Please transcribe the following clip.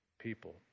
people